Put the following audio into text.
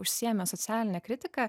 užsiėmė socialine kritika